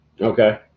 Okay